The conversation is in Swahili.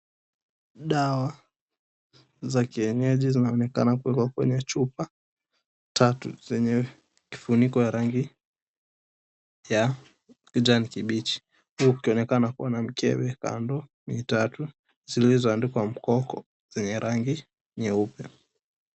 Dawa za kienyeji zinaonekana kuwekwa kwenye chupa tatu 𝑧enye 𝑘𝑖funiko ya rangi ya kijani kibichi huku kukionekana kuwa na mkebe kando 𝑡𝑎𝑡𝑢 zilizoandikwa Mkoko 𝑧enye rangi nyeupe.